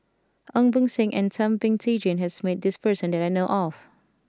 Ong Beng Seng and Thum Ping Tjin has met this person that I know of